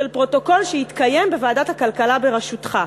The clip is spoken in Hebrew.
של פרוטוקול ישיבה שהתקיימה בוועדת הכלכלה בראשותך.